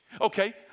Okay